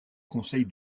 conseil